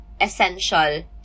essential